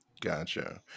Gotcha